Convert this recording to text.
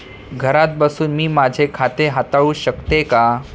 घरात बसून मी माझे खाते हाताळू शकते का?